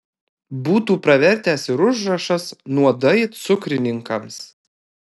būtų pravertęs ir užrašas nuodai cukrininkams